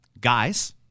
Guys